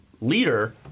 leader